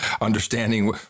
understanding